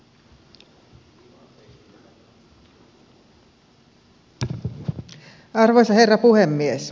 arvoisa herra puhemies